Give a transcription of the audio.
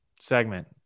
segment